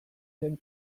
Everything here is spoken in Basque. zen